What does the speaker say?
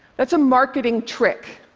that's a marketing trick.